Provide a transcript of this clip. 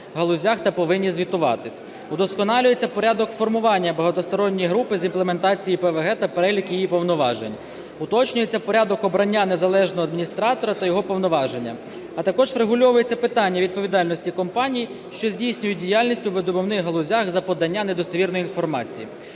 галузях та повинні звітуватись; удосконалюється порядок формування багатосторонньої групи з імплементації ІПВГ та перелік її повноважень; уточнюється порядок обрання незалежного адміністратора та його повноваження, а також врегульовується питання відповідальності компаній, що здійснюють діяльність у видобувних галузях, за подання недостовірної інформації.